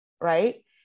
right